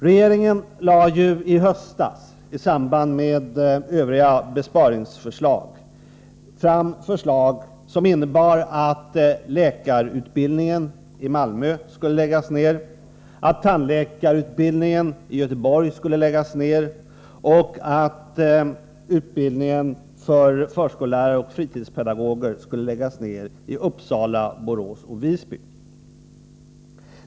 Regeringen lade i höstas i samband med övriga besparingsförslag fram förslag, som innebar att läkarutbildningen i Malmö skulle läggas ned, att tandläkarutbildningen i Göteborg skulle läggas ned och att utbildningen av förskollärare och fritidspedagoger i Uppsala, Borås och Visby skulle läggas ned.